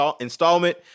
installment